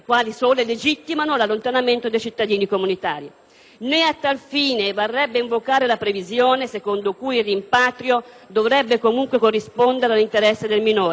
Né a tal fine varrebbe invocare la previsione secondo cui il rimpatrio dovrebbe comunque corrispondere all'interesse del minore. È infatti evidente che un minore che sia stato